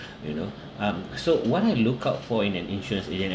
you know um so what I look out for in an insurance agent and